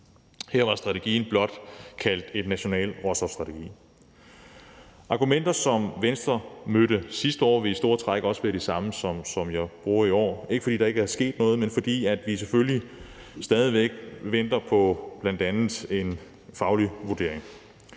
Her var strategien blot kaldt en national råstofstrategi. Argumenterne, som jeg brugte over for Venstre sidste år, vil i store træk være de samme, som jeg bruger i år. Det er ikke, fordi der ikke er sket noget, men fordi vi selvfølgelig stadig væk venter på bl.a. en faglig vurdering.